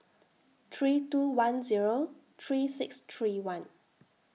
three two one Zero three six three one